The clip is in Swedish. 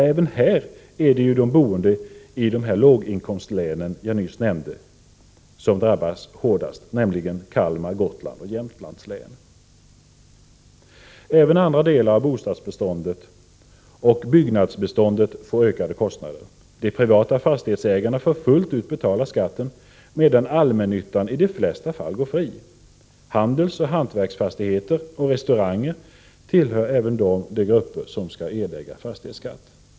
Även här är det boende i de låginkomstlän jag nämnde — Kalmar, Gotlands och Jämtlands län — som drabbas hårdast. Även andra delar av bostadsbeståndet och byggnadsbeståndet får ökade kostnader. De privata fastighetsägarna får fullt ut betala skatten, medan allmännyttan i de flesta fall går fri. Handelsoch hantverksfastigheter och restauranger tillhör även de grupper som skall erlägga fastighetsskatt.